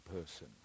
person